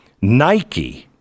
Nike